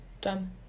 Done